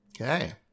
Okay